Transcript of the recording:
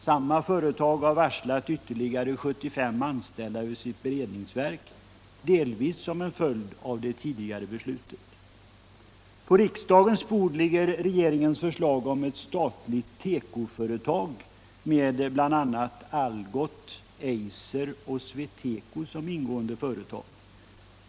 Samma företag har varslat ytterligare 75 anställda vid sitt beredningsverk, delvis som en följd av det tidigare beslutet. På riksdagens bord ligger regeringens förslag om ett statligt tekoföretag med bl.a. Algots, Eiser och SweTeco som ingående företag.